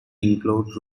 include